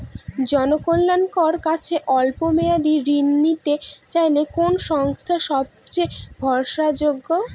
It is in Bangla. জনকল্যাণকর কাজে অল্প মেয়াদী ঋণ নিতে চাইলে কোন সংস্থা সবথেকে ভরসাযোগ্য?